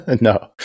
No